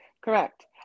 Correct